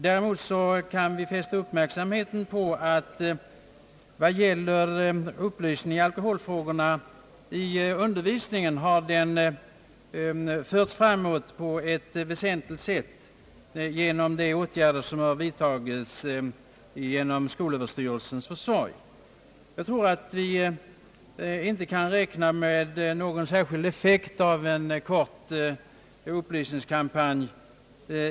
Däremot kan vi fästa uppmärksamheten på att frågan om upplysning i undervisningen beträffande alkoholfrågorna har på ett väsentligt sätt förts framåt tack vare de åtgärder som vidtagits genom skolöverstyrelsens försorg. Jag tror att vi inte kan räkna med någon särskild effekt av en kort upplysningskampanj.